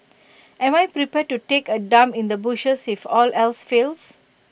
am I prepared to take A dump in the bushes if all else fails